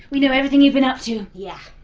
we know everything you've been up to. yeah,